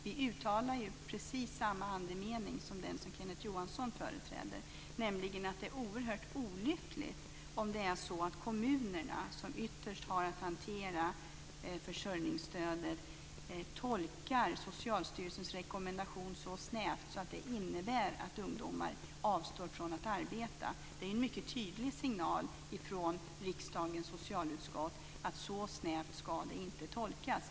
Vi uttalar ju precis samma andemening som den som Kenneth Johansson företräder, nämligen att det är oerhört olyckligt om kommunerna, som ytterst har att hantera försörjningsstödet, tolkar Socialstyrelsens rekommendation så snävt att det innebär att ungdomar avstår från att arbeta. Det är en mycket tydlig signal från riksdagens socialutskott om att så snävt ska det inte tolkas.